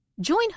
Join